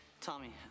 Tommy